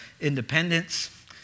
independence